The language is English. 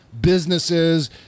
Businesses